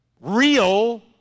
real